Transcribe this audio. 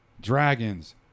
dragons